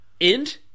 end